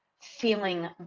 feeling